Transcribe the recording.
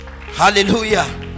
Hallelujah